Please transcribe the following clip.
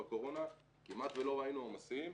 בקורונה כמעט לא ראינו עומסים.